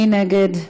מי נגד?